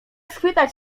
schwytać